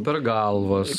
per galvas